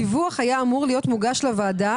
הדיווח היה אמור להיות מוגש לוועדה